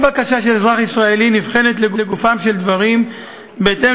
כל בקשה של אזרח ישראלי נבחנת לגופם של דברים בהתאם